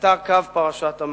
היתה קו פרשת המים.